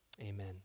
Amen